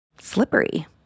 Slippery